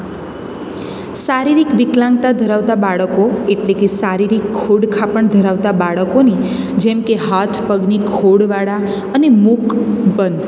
શારીરિક વિકલાંગતા ધરાવતા બાળકો એટલે કે શારીરિક ખોડખાંપણ પણ ધરાવતા બાળકોની જેમ કે હાથ પગની ખોડવાળા અને મુક બંધ